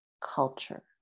culture